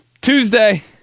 Tuesday